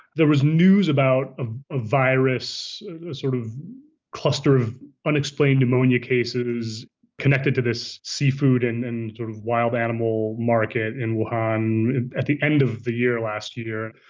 there was news about a virus, a sort of cluster of unexplained pneumonia cases connected to this seafood and and sort of wild animal market and ah one at the end of the year last year.